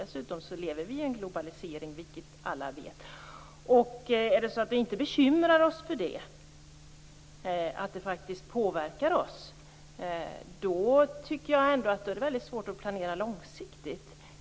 Dessutom lever vi i en globalisering, vilket alla vet. Om vi inte bekymrar oss för att det påverkar oss tycker jag att det är väldigt svårt att planera långsiktigt.